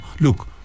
look